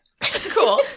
Cool